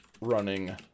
running